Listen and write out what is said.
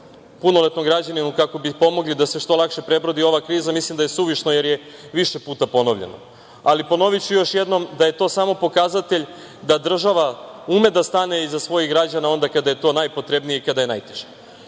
punoletnom građaninu kako bi pomogli da se što lakše prebrodi ova kriza, mislim da je suvišno jer je više puta ponovljeno. Ali, ponoviću još jednom da je to samo pokazatelj da država ume da stane iza svojih građana onda kada je to najpotrebnije i kada je najteže. Smatram